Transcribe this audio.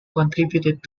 contributed